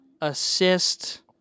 assist